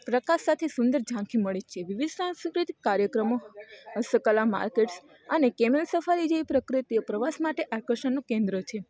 પ્રકાશ સાથે સુંદર જાખી મળે છે વિવિધ સાંસ્કૃતિક કાર્યક્રમો હસ્તકલા મારકેટ્સ અને કેમલ સફારી જેવી પ્રકૃતિઓ પ્રવાસ માટે આકર્ષણનું કેન્દ્ર છે